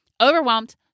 overwhelmed